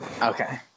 okay